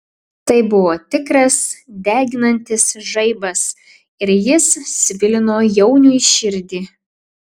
tai buvo tikras deginantis žaibas ir jis svilino jauniui širdį